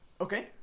okay